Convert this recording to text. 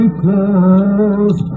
close